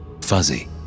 Fuzzy